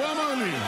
הוא אמר לי.